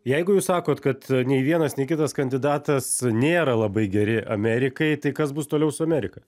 jeigu jūs sakot kad nei vienas nei kitas kandidatas nėra labai geri amerikai tai kas bus toliau su amerika